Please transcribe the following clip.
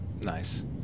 nice